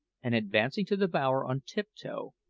and advancing to the bower on tiptoe,